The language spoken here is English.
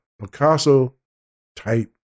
Picasso-type